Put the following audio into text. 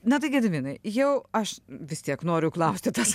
na tai gediminai jau aš vis tiek noriu klausti tą savo